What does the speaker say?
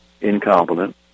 incompetent